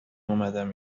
اومدم